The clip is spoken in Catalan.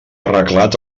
arreglat